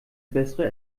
bessere